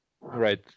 Right